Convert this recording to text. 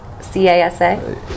C-A-S-A